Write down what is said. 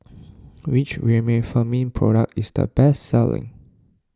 which Remifemin product is the best selling